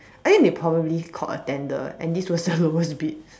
I think they probably called a tender and this was the lowest bid